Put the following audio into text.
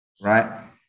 Right